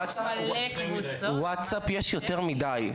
ב- WhatsApp יש יותר מידי.